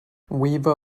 weaver